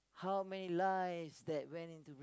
how many lives that went into